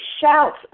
shouts